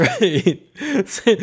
Right